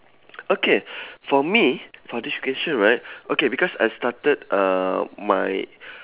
okay for me for this question right okay because I started uh my